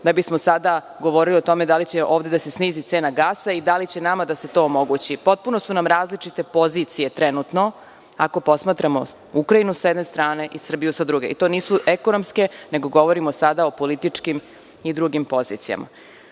da bismo sada govorili o tome da li će ovde da se snizi cena gasa i da li će nama da se to omogući. Potpuno su nam različite pozicije, ako posmatramo Ukrajinu, sa jedne strane, i ako posmatramo Srbiju, sa druge strane. To nisu ekonomske, nego govorimo o političkim i drugim pozicijama. Što